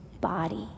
body